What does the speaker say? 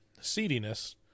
seediness